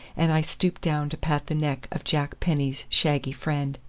and i stooped down to pat the neck of jack penny's shaggy friend.